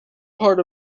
part